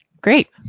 Great